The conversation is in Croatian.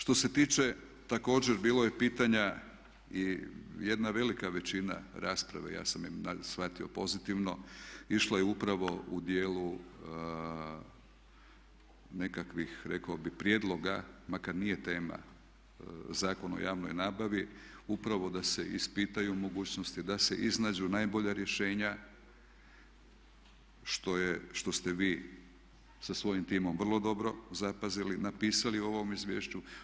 Što se tiče također, bilo je pitanja i jedna velika većina rasprave, ja sam je shvatio pozitivno, išla je upravo u dijelu nekakvih rekao bih prijedloga, makar nije tema Zakon o javnoj nabavi upravo da se ispitaju mogućnosti, da se iznađu najbolja rješenja što ste vi sa svojim timom vrlo dobro zapazili, napisali u ovom izvješću.